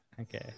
Okay